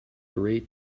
gray